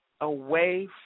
away